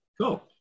Cool